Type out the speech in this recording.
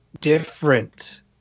different